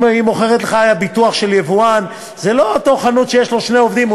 אם היא מוכרת לך ביטוח של יבואן זה לא אותה חנות שיש לה שני עובדים.